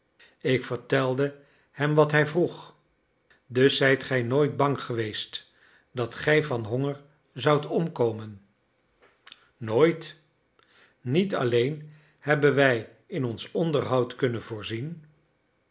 ik vertelde hem wat hij vroeg dus zijt gij nooit bang geweest dat gij van honger zoudt omkomen nooit niet alleen hebben wij in ons onderhoud kunnen voorzien